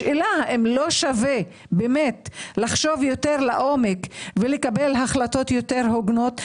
השאלה אם לא שווה לחשוב יותר לעומק ולקבל החלטות יותר הוגנות?